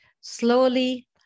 slowly